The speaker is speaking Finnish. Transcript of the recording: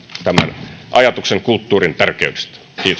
tämän ajatuksen kulttuurin tärkeydestä